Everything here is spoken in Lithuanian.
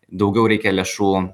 daugiau reikia lėšų